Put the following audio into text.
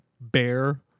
bear